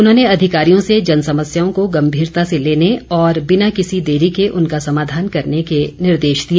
उन्होंने अधिकारियों से जन समस्याओं को गम्भीरता से लेने और बिना किसी देरी के उनका समाधान करने के निर्देश दिए